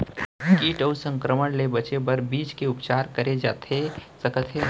किट अऊ संक्रमण ले बचे बर का बीज के उपचार करे जाथे सकत हे?